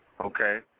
Okay